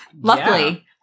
Luckily